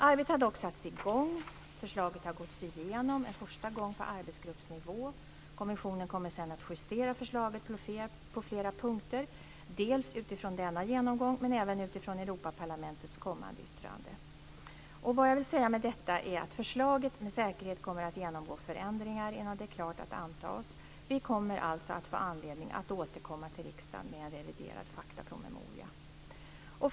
Arbetet har dock satts i gång, och förslaget har gåtts igenom en första gång på arbetsgruppsnivå. Kommissionen kommer sedan att justera förslaget på flera punkter, dels utifrån denna genomgång, dels även utifrån Europaparlamentets kommande yttrande. Vad jag vill säga med detta är att förslaget med säkerhet kommer att genomgå förändringar innan det är klart att antas. Vi kommer alltså att få anledning att återkomma till riksdagen med en reviderad faktapromemoria.